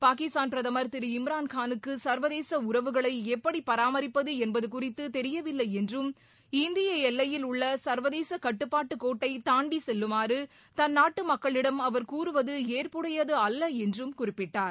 பாகிஸ்தான் பிரதமர் திரு இம்ரான்காளுக்கு சர்வதேச உறவுகளை எப்படி பராமரிப்பது குறித்து தெரியவில்லை என்றும் இந்திய எல்லையில் உள்ள சர்வதேச கட்டுப்பாட்டுக்கோட்டை தாண்டி செல்லுமாறு தன் நாட்டு மக்களிடம் அவர் கூறுவது ஏற்புடையதல்ல என்றும் குறிப்பிட்டார்